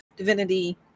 divinity